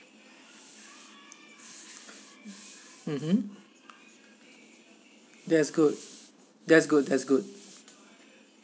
mmhmm that's good that's good that's good